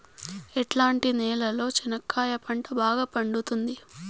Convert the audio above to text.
ఎట్లాంటి నేలలో చెనక్కాయ పంట బాగా పండుతుంది?